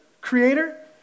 creator